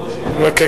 מאה אחוז.